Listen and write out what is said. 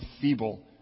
feeble